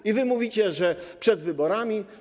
I wy mówicie, że przed wyborami?